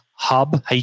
Hub